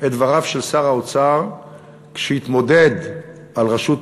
את דבריו של שר האוצר כשהתמודד על ראשות,